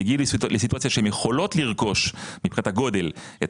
הן הגיעו לסיטואציה שהן יכולות לרכוש מבחינת הגודל את